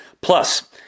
Plus